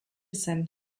zen